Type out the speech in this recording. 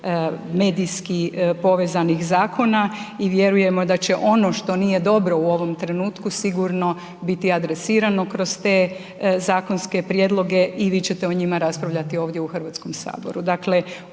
medijski povezanih zakona i vjerujemo da će ono što nije dobro u ovom trenutku sigurno biti adresirano kroz te zakonske prijedloge i vi ćete o njima raspravljati ovdje u Hrvatskom saboru,